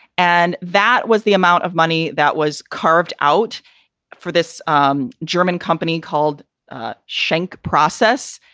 and that was the amount of money that was carved out for this um german company called chank process.